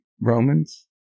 Romans